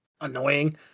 annoying